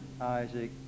Isaac